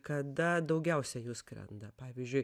kada daugiausia jų skrenda pavyzdžiui